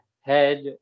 head